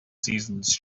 seasons